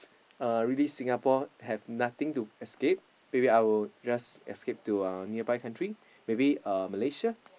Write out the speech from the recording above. uh really Singapore have nothing to escape maybe I will just escape to a nearby country maybe uh Malaysia